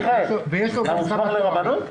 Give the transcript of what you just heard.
מיכאל, אתה מוסמך לרבנות?